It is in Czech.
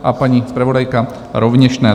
A paní zpravodajka rovněž ne.